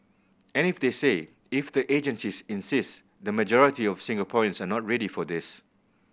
and if they say if the agencies insist the majority of Singaporeans are not ready for this